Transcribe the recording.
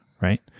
right